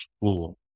school